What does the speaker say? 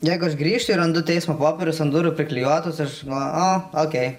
jeigu aš grįžtu ir randu teismo popierius ant durų priklijuotus aš galvoju o okėj